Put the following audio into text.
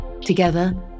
Together